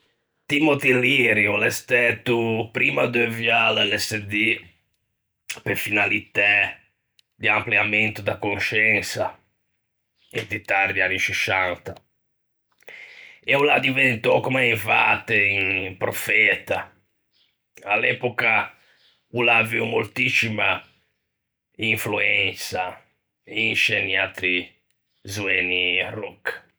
Timothy Leary o l'é stæto o primmo à deuviâ l'LSD pe finalitæ de ampliamento de consciensa, inti tardi anni Sciuscianta, e o l'ea diventou comme un vate, un profeta, e à l'epoca o l'à avuo moltiscima influensa in sce niatri zoeni rock.